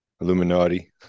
Illuminati